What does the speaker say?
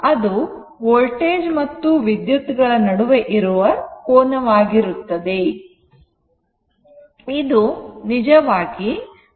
ಅದು ವೋಲ್ಟೇಜ್ ಮತ್ತು ವಿದ್ಯುತ್ ಗಳ ನಡುವೆ ಇರುವ ಕೋನವಾಗಿರುತ್ತದೆ